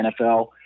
NFL